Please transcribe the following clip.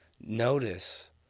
notice